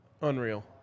Unreal